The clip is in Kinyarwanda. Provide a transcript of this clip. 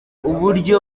uburyo